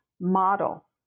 model